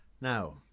Now